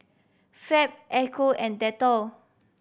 Fab Ecco and Dettol